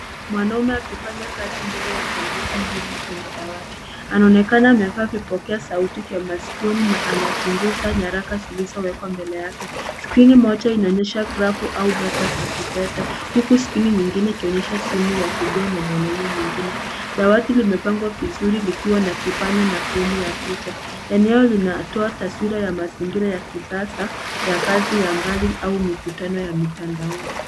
Mwanaume akifanya kazi mbele ya kompyuta mbili kwenye dawati. Anaonekana amevaa vipokea sauti vya masikioni na anachunguza nyaraka zilizowekwa mbele yake. Skirini moja inaonyesha grafu au data za kifedha huku skirini nyingine ikionyesha simu ya video na mwanaume mwingine. Dawati limepangwa vizuri likiwa na kipanya na fremu ya picha. Eneo linatoa taswira ya mazingira ya kisasa ya kazi ya mbali au mikutano ya mitandaoni